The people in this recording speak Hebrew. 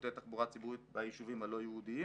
ובשירותי התחבורה הציבורית ביישובים הלא יהודיים,